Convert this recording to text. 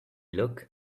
look